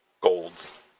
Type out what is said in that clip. golds